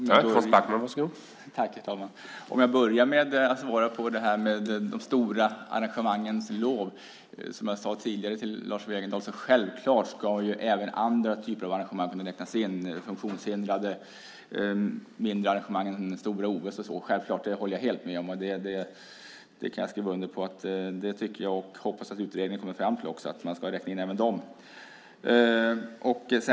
Herr talman! Jag börjar med att svara när det gäller de stora arrangemangens lov. Som jag sagt tidigare till Lars Wegendal ska självklart även andra typer av arrangemang kunna räknas in - arrangemang med funktionshindrade, mindre arrangemang än stora OS och så. Det håller jag självklart helt med om. Jag kan skriva under på att också jag tycker det. Jag hoppas att utredningen kommer fram till att även de ska räknas in.